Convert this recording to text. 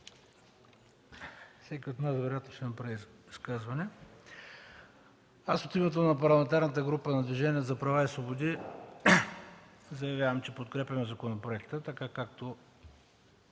всеки от нас вероятно ще направи изказване. От името на Парламентарната група на Движението за права и свободи заявявам, че подкрепям законопроекта, както